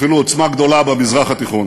אפילו עוצמה גדולה, במזרח התיכון.